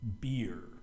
beer